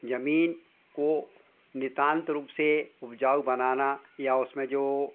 ज़मीन को नितांत रूप से उपजाऊ बनाना या उसमें जो